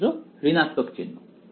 ছাত্র ঋণাত্মক চিহ্ন